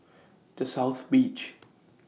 The South Beach